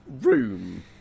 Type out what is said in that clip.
room